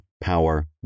power